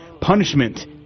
punishment